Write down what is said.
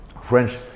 French